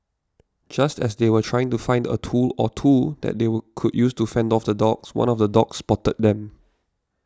just as they were trying to find a tool or two that they would could use to fend off the dogs one of the dogs spotted them